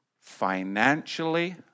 financially